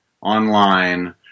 online